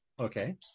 Okay